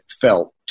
felt